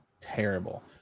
terrible